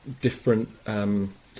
different